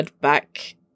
back